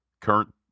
current